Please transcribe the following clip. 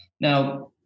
Now